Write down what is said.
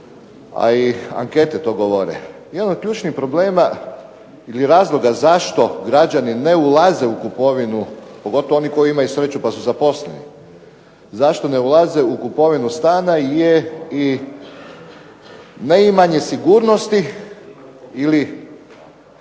a i ankete to govore. Jedan od ključnih problema ili razloga zašto građani ne ulaze u kupovinu pogotovo oni koji imaju sreću pa su zaposleni, zašto ne ulaze u kupovinu stana je neimanje sigurnosti ili